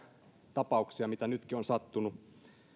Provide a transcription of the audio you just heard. tapauksia mitä nytkin on sattunut